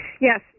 Yes